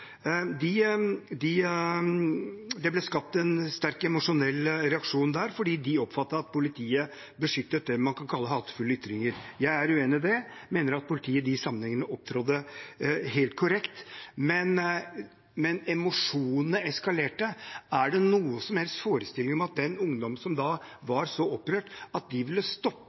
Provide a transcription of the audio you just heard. Det ble skapt en sterk emosjonell reaksjon der fordi de oppfattet at politiet beskyttet det man kan kalle hatefulle ytringer. Jeg er uenig i det og mener at politiet i de sammenhengene opptrådte helt korrekt, men emosjonene eskalerte. Er det noen som helst forestilling om at de ungdommene som var så opprørt da, ville stoppet sin aggresjon mot politiet hvis de